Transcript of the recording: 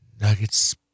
Nuggets